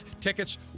Tickets